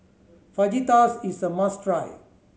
fajitas is a must try